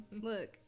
look